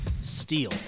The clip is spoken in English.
steal